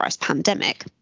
pandemic